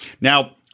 Now